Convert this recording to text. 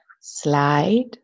slide